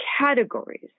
categories